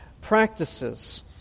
practices